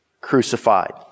crucified